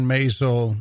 Mazel